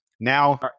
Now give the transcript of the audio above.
Now